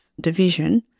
Division